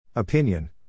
Opinion